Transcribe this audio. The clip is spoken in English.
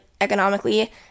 economically